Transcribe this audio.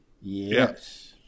Yes